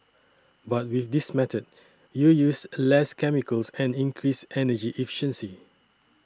but with this method you use a less chemicals and increase energy efficiency